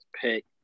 pick